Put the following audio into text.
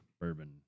bourbon